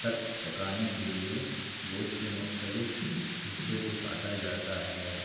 تک پکانے کے لیے گوشت کے مختلف حصوں کو کاٹا جاتا ہے